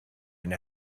and